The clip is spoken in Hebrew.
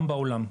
גם בעולם,